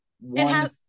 One